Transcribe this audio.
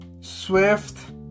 swift